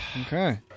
Okay